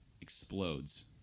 explodes